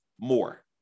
more